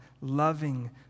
loving